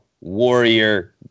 warrior